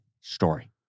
story